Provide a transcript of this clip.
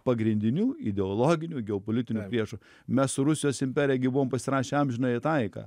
pagrindiniu ideologiniu geopolitiniu priešu mes su rusijos imperija gi buvome pasirašę amžinąją taiką